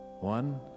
one